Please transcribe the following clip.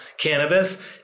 cannabis